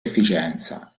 efficienza